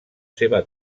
seva